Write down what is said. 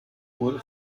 wurde